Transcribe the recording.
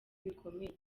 bikomeye